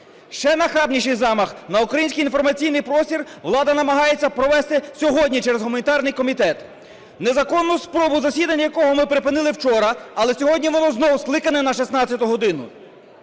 Ще нахабніший замах на український інформаційний простір влада намагається провести сьогодні через гуманітарний комітет, незаконну спробу засідання якого ми припинили вчора. Але сьогодні воно знову скликане на 16-у годину